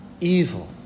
evil